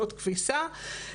עושות כביסה.